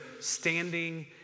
standing